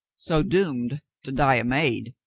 so doomed to die a maid.